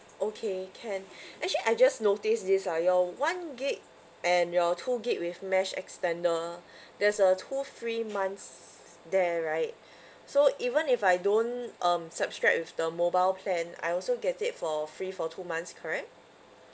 okay can actually I just noticed this lah your one gig and your two gig with mesh extender there's a two free months there right so even if I don't um subscribe with the mobile plan I also get it for free for two months correct